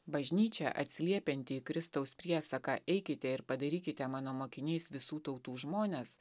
bažnyčia atsiliepianti į kristaus priesaką eikite ir padarykite mano mokiniais visų tautų žmones